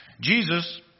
Jesus